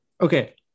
okay